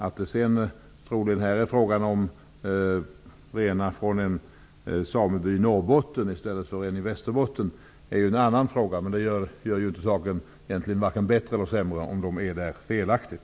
Att det här troligen är fråga om renar från en sameby i Norbotten i stället för en i Västerbotten är en annan fråga. Men det gör inte saken vare sig bättre eller sämre om renarna är där felaktigt.